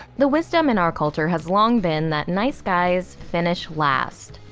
the wisdom in our culture has long been that nice guys finish last.